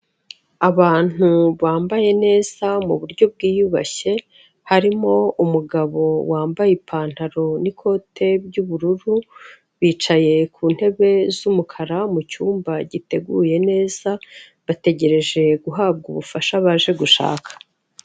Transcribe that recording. Abantu bambaye neza mu buryo bwiyubashye harimo umugabo wambaye ipantaro n'ikote ry'ubururu bicaye ku ntebe z'umukara mu cyumba giteguye neza bategereje guhabwa ubufasha baje gushaka.